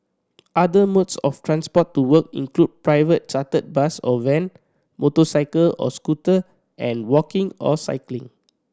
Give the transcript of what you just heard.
other modes of transport to work include private chartered bus or van motorcycle or scooter and walking or cycling